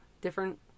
different